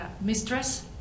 mistress